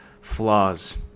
flaws